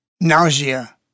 Nausea